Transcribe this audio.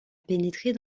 pénétrer